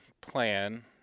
Plan